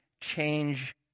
change